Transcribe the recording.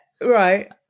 right